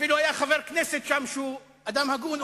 אפילו היה חבר כנסת שם שהוא אדם הגון,